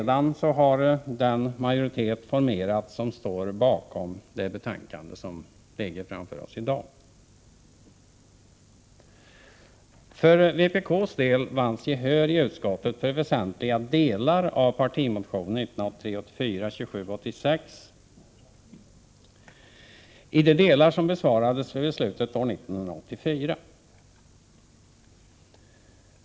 Därefter har den majoritet som står bakom detta betänkande formerats. Vpk vann i utskottet gehör för väsentliga delar av partimotionen 1983/ 84:2786 när riksdagen 1984 fattade beslut i fråga om detta.